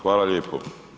Hvala lijepo.